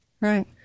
right